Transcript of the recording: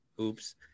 Oops